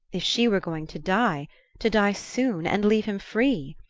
if she were going to die to die soon and leave him free!